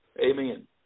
Amen